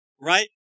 right